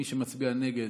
מי שמצביע נגד,